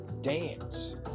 dance